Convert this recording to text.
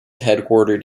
headquartered